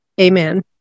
Amen